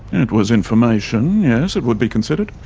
it was information, yes, it would be considered.